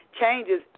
changes